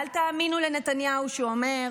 אל תאמינו לנתניהו שאומר: